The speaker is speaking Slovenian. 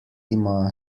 ima